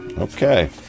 Okay